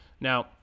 now